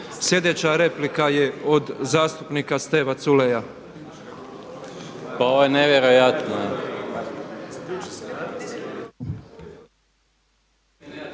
Sljedeća replika je od zastupnika Steve Culeja. …/Upadica Maras: Pa ovo je nevjerojatno./…